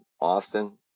Austin